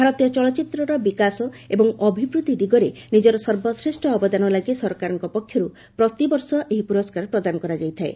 ଭାରତୀୟ ଚଳଚ୍ଚିତ୍ରର ବିକାଶ ଏବଂ ଅଭିବୃଦ୍ଧି ଦିଗରେ ନିଜର ସର୍ବଶ୍ରେଷ୍ଠ ଅବଦାନ ଲାଗି ସରକାରଙ୍କ ପକ୍ଷରୁ ପ୍ରତିବର୍ଷ ଏହି ପୁରସ୍କାର ପ୍ରଦାନ କରାଯାଇଥାଏ